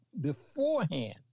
beforehand